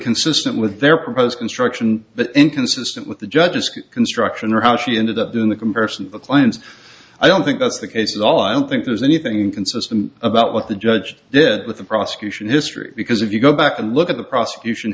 consistent with their proposed construction but inconsistent with the judges construction or how she ended up in the comparison plans i don't think that's the case at all i don't think there's anything inconsistent about what the judge did with the prosecution history because if you go back and look at the prosecution